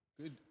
good